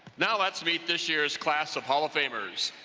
now let's meet this year's classof hall of famers.